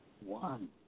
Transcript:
One